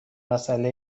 مساله